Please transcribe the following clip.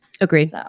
Agreed